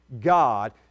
God